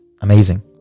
amazing